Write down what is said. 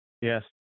Yes